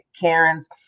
Karens